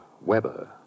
Weber